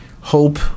hope